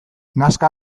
nazka